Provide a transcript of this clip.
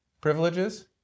privileges